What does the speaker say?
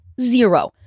zero